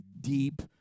deep